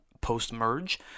post-Merge